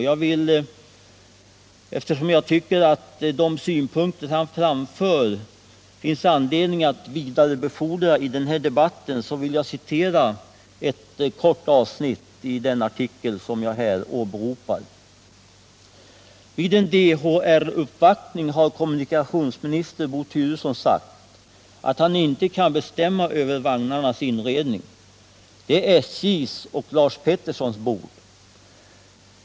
Jag tycker att det i den här debatten finns anledning att vidarebefordra de synpunkter han anför, och jag vill citera ett kort avsnitt ur denna artikel: ”Vid en DHR-uppvaktning har kommunikationsminister Bo Turesson sagt att han inte kan bestämma över vagnarnas inredning. Det är SJ:s och Lars Petersons bord!